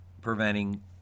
preventing